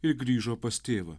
ir grįžo pas tėvą